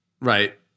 right